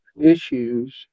issues